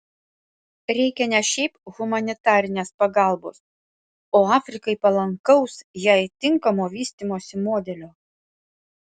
reikia ne šiaip humanitarinės pagalbos o afrikai palankaus jai tinkamo vystymosi modelio